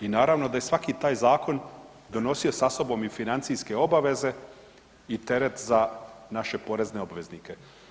I naravno da je svaki taj zakon donosi sa sobom i financijske obaveze i teret za naše porezne obveznike.